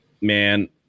man